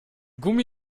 gummi